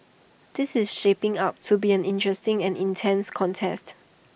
this is shaping up to be an interesting and intense contest